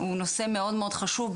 הוא נושא מאוד מאוד חשוב,